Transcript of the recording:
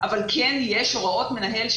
אבל כן יש הוראות מנהל,